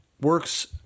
Works